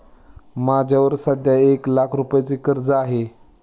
माझ्यावर सध्या एक लाख रुपयांचे कर्ज आहे